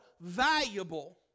valuable